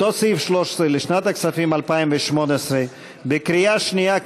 אותו סעיף 13 לשנת הכספים 2018 בקריאה שנייה,